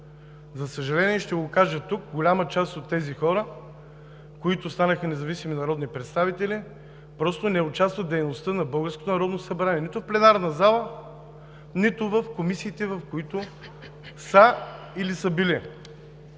За съжаление, ще го кажа тук – голяма част от тези хора, които станаха независими народни представители, просто не участват в дейността на българското Народно събрание – нито в пленарната зала, нито в комисиите, в които са, или са били.